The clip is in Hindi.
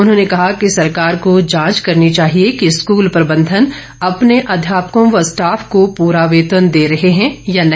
उन्होंने कहा कि सरकार को जांच करनी चाहिए कि स्कूल प्रबंधन अपने अध्यापकों व स्टाफ को पूरा वेतन दे रहे हैं या नहीं